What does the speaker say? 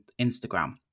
Instagram